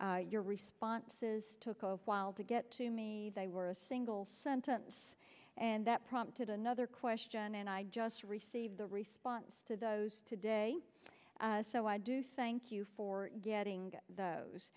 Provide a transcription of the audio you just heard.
there your responses took a while to get to me they were a single sentence and that prompted another question and i just received the response to those today so i do thank you for getting those